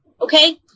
Okay